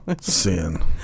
Sin